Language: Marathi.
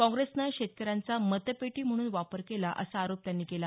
काँग्रेसनं शेतकऱ्यांचा मतपेटी म्हणून वापर केला असा आरोप त्यांनी केला